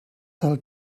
sell